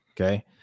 Okay